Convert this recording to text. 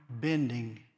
bending